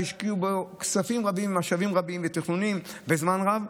שהשקיעו בו כספים רבים ומשאבים רבים ותכנונים וזמן רב,